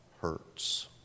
hurts